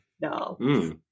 No